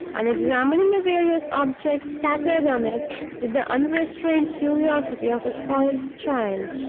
and examining the various objects scattered on it with the unrestrained curiosity of a spoiled child.